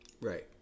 right